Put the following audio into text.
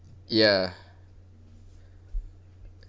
ya